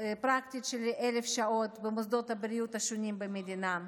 של 1,000 שעות במוסדות הבריאות השונים במדינה.